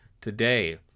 today